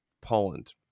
Poland